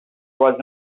was